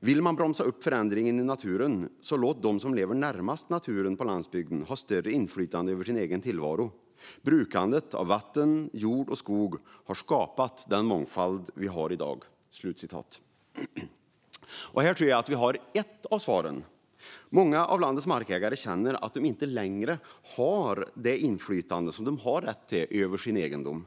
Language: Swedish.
"Vill man bromsa upp förändringen i naturen så låt dem som lever närmast naturen på landsbygden ha större inflytande på sin egen tillvaro. Brukandet av vatten, jord och skog har skapat den mångfald vi har i dag." Här tror jag vi har ett av svaren. Många av landets markägare känner att de inte längre har det inflytande de har rätt till över sin egendom.